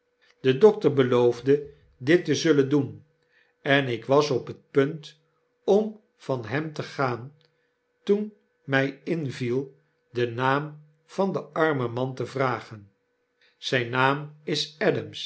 de dokter beloofde dit te zullen doen en ik was op het punt om van hem te gaan toen mij inviel den naam van den armen man te vragen b zjn naam is